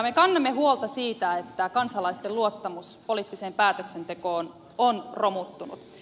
me kannamme huolta siitä että kansalaisten luottamus poliittiseen päätöksentekoon on romuttunut